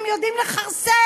הן יודעות לכרסם.